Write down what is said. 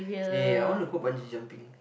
ya ya ya I want to go Bungee jumping